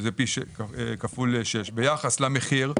שזה כפול 6 ביחס למחיר,